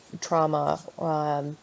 trauma